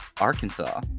Arkansas